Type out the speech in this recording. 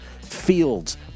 Fields